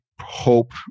hope